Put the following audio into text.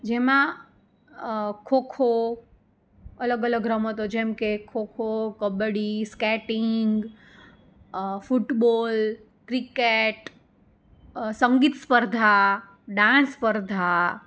જેમાં ખોખો અલગ અલગ રમતો જેમકે kho kho kabaddi skating football cricket સંગીત સ્પર્ધા ડાન્સ સ્પર્ધા